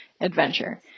adventure